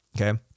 okay